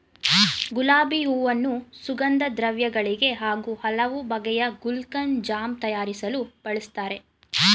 ಗುಲಾಬಿ ಹೂವನ್ನು ಸುಗಂಧದ್ರವ್ಯ ಗಳಿಗೆ ಹಾಗೂ ಹಲವು ಬಗೆಯ ಗುಲ್ಕನ್, ಜಾಮ್ ತಯಾರಿಸಲು ಬಳ್ಸತ್ತರೆ